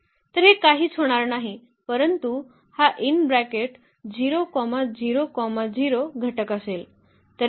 तर हे काहीच होणार नाही परंतु हा 000 घटक असेल